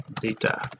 data